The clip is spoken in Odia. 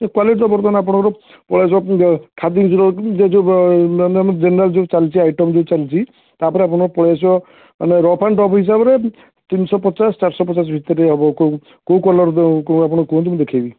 ଏ କ୍ୱାଲିଟି ତ ବର୍ତ୍ତମାନ ଆପଣଙ୍କର ପଳାଇ ଆସିବ ଖାଦିମସ୍ର ଜେନେରାଲ ଯେଉଁ ଚାଲଛି ଆଇଟମ୍ ଯେଉଁ ଚାଲିଛି ତା'ପରେ ଆପଣଙ୍କର ପଳାଇ ଆସିବ ମାନେ ରଫ୍ ଆଣ୍ଡ ଟପ୍ ହିସାବରେ ତିନି ଶହ ପଚାଶ ଚାରି ଶହ ପଚାଶ ଭିତରେ ହେବ କେଉଁ କେଉଁ କଲର୍ ଆପଣ କୁହନ୍ତୁ ମୁଁ ଦେଖାଇବି